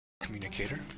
Communicator